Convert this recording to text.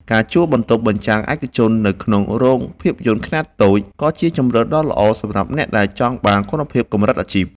ការជួលបន្ទប់បញ្ចាំងឯកជននៅក្នុងរោងភាពយន្តខ្នាតតូច ក៏ជាជម្រើសដ៏ល្អសម្រាប់អ្នកដែលចង់បានគុណភាពកម្រិតអាជីព។